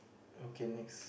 okay next